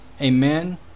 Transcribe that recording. Amen